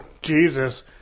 Jesus